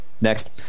next